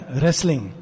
wrestling